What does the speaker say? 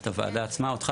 לוועדה עצמך ולך,